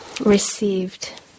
received